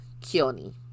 kioni